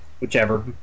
whichever